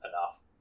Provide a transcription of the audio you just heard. enough